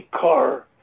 car